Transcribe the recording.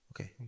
Okay